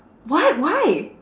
what why